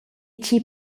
tgi